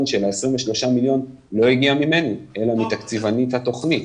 של 23 מיליון לא הגיעה ממני אלא מתקציבנית התוכנית.